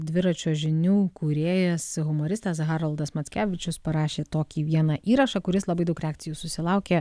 dviračio žinių kūrėjas humoristas haroldas mackevičius parašė tokį vieną įrašą kuris labai daug reakcijų susilaukė